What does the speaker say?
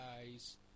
guys